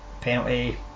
penalty